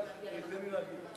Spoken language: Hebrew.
תן לי להגיע.